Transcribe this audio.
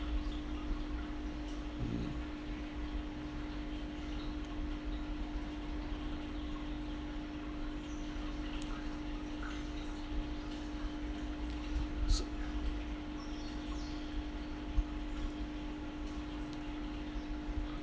mm so